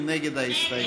מי נגד ההסתייגות?